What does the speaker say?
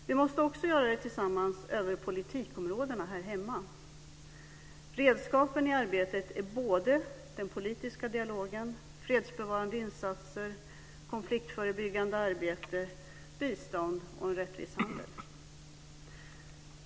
Vi måste också göra det tillsammans över politikområdena här hemma. Redskapen i arbetet är både den politiska dialogen, fredsbevarande insatser, konfliktförebyggande arbete, bistånd och en rättvis handel.